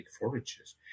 forages